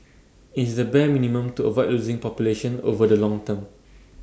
IT is the bare minimum to avoid losing population over the long term